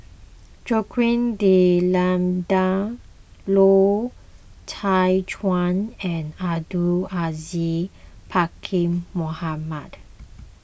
Joaquim D'Almeida Loy Chye Chuan and Abdul Aziz Pakkeer Mohamed